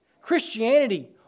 Christianity